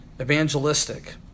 evangelistic